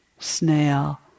snail